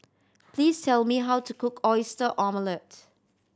please tell me how to cook Oyster Omelette